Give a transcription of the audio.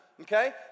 Okay